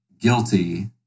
guilty